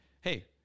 hey